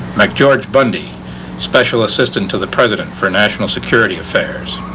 mcgeorge bundy special assistant to the president for national security affairs,